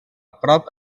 prop